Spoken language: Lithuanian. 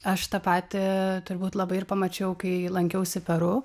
aš tą patį turbūt labai ir pamačiau kai lankiausi peru